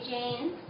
Jane